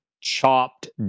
chopped